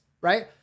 right